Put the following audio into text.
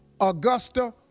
augusta